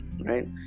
right